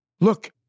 Look